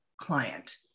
client